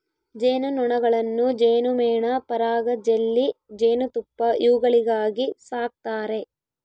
ಜೇನು ನೊಣಗಳನ್ನು ಜೇನುಮೇಣ ಪರಾಗ ಜೆಲ್ಲಿ ಜೇನುತುಪ್ಪ ಇವುಗಳಿಗಾಗಿ ಸಾಕ್ತಾರೆ